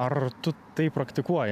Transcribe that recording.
ar tu tai praktikuoji